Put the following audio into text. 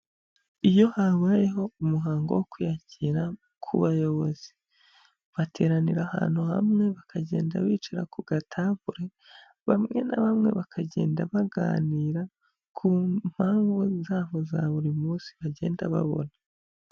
Iyo habayeho umuhango wo kwiyakira ku bayobozi, bateranira ahantu hamwe, bakagenda bicara ku gatabure, bamwe na bamwe bakagenda baganira ku mpamvu zabo za buri munsi bagenda babona.